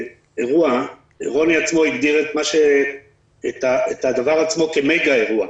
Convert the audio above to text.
האירוע, רוני עצמו הגדיר את הדבר עצמו כמגה אירוע.